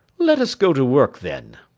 let us go to work, then.